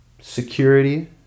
security